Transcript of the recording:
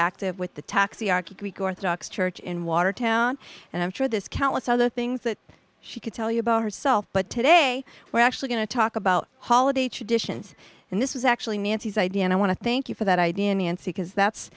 active with the taxi arky greek orthodox church in watertown and i'm sure this countless other things that she could tell you about herself but today we're actually going to talk about holiday traditions and this is actually nancy's idea and i want to thank you for that i